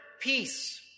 peace